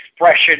expression